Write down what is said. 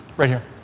right here.